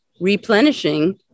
replenishing